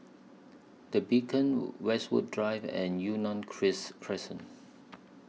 The Beacon Westwood Drive and Yunnan Christ Crescent